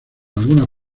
algunas